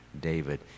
David